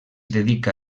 dedica